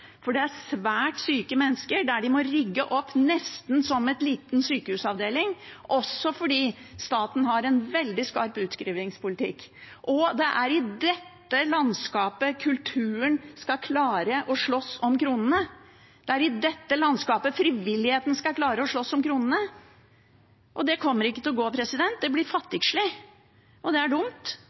for det er svært syke mennesker – man må nesten rigge opp en liten sykehusavdeling, også fordi staten har en veldig skarp utskrivingspolitikk. Det er i dette landskapet kulturen skal klare å slåss om kronene. Det er i dette landskapet frivilligheten skal klare å slåss om kronene. Det kommer ikke til å gå. Det blir fattigslig, og det er dumt.